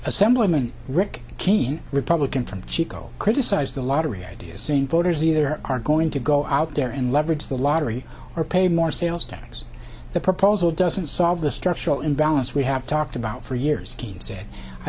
assemblyman rick keene republican from chico criticized the lottery idea saying voters either are going to go out there and leverage the lottery or pay more sales tax the proposal doesn't solve the structural imbalance we have talked about for years teams that i